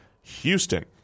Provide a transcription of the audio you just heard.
Houston